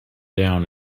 down